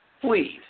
Please